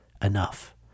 Enough